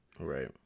Right